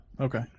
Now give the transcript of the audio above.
Okay